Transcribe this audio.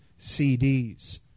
CDs